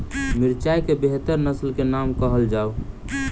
मिर्चाई केँ बेहतर नस्ल केँ नाम कहल जाउ?